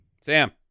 Sam